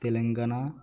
Telangana